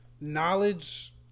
knowledge